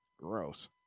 Gross